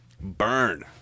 Burn